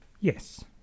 Yes